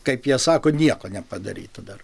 kaip jie sako nieko nepadaryta dar